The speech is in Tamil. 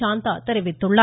சாந்தா தெரிவித்துள்ளார்